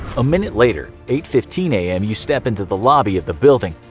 a minute later eight fifteen am. you step into the lobby of the building.